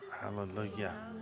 hallelujah